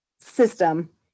system